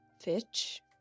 Fitch